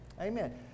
Amen